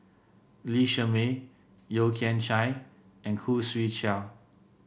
Lee Shermay Yeo Kian Chye and Khoo Swee Chiow